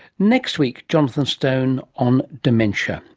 next week jonathan stone on dementia.